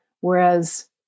Whereas